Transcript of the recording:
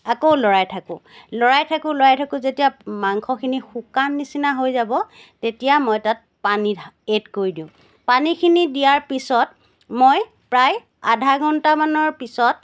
আকৌ লৰাই থাকো লৰাই থাকো লৰাই থাকো যেতিয়া মাংসখিনি শুকান নিচিনা হৈ যাব তেতিয়া মই তাত পানী ঢা এড কৰি দিওঁ পানীখিনি দিয়াৰ পিছত মই প্ৰায় আধা ঘণ্টামানৰ পিছত